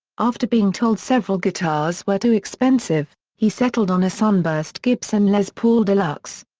after being told several guitars were too expensive, he settled on a sunburst gibson les paul deluxe.